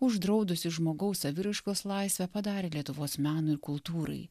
uždraudusi žmogaus saviraiškos laisvę padarė lietuvos menui ir kultūrai